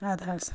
ادٕ حظ